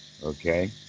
Okay